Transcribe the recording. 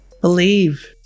believe